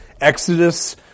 Exodus